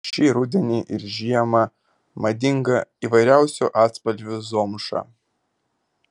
šį rudenį ir žiemą madinga įvairiausių atspalvių zomša